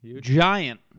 Giant